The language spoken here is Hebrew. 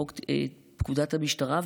חוק פקודת המשטרה.